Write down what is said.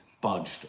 budged